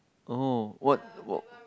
oh what wh~